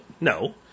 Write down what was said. no